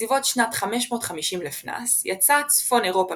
בסביבות שנת 550 לפנה"ס יצאה צפון אירופה